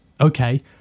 okay